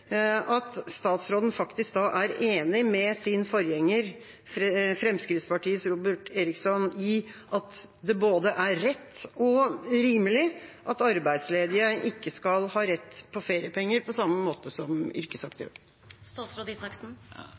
at statsråden faktisk er enig med sin forgjenger, Fremskrittspartiets Robert Eriksson, i at det både er rett og rimelig at arbeidsledige ikke skal ha rett på feriepenger på samme måte som